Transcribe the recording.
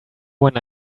when